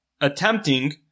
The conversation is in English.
attempting